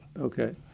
Okay